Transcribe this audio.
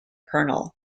kernel